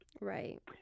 Right